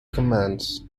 commands